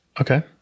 Okay